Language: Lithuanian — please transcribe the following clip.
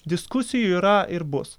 diskusijų yra ir bus